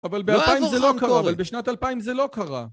אבל באלפיים זה לא קרה, אבל בשנת אלפיים זה לא קרה